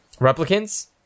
replicants